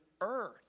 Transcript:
earth